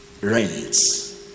rents